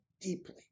deeply